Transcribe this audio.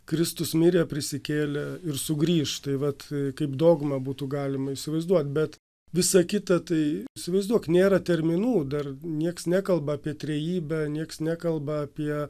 kristus mirė prisikėlė ir sugrįš tai vat kaip dogmą būtų galima įsivaizduot bet visa kita tai įsivaizduok nėra terminų dar nieks nekalba apie trejybę nieks nekalba apie